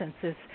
census